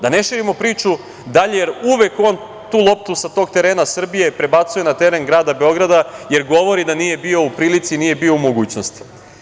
Da ne širimo priču dalje, jer uvek on tu loptu sa tog terena Srbije prebacuje na teren grada Beograda, jer govori da nije bio u prilici, nije bio u mogućnosti.